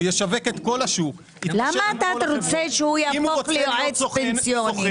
הוא ישווק את כל השוק --- למה אתה רוצה שהוא יהפוך ליועץ פנסיוני?